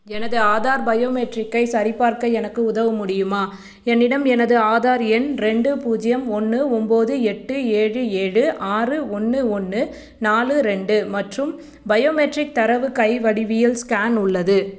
எனது ஆதார் பயோமெட்ரிக்கை சரிபார்க்க எனக்கு உதவ முடியுமா என்னிடம் எனது ஆதார் எண் ரெண்டு பூஜ்ஜியம் ஒன்று ஒம்பது எட்டு ஏழு ஏழு ஆறு ஒன்று ஒன்று நாலு ரெண்டு மற்றும் பயோமெட்ரிக் தரவு கை வடிவியல் ஸ்கேன் உள்ளது